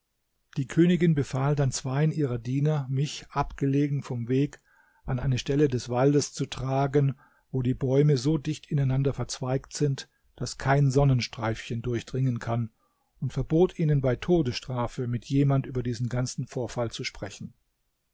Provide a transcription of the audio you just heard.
die königin befahl dann zweien ihrer diener mich abgelegen vom weg an eine stelle des wes zu tragen wo die bäume so dicht ineinander verzweigt sind daß kein sonnenstreifchen durchdringen kann und verbot ihnen bei todesstrafe mit jemand über diesen ganzen vorfall zu sprechen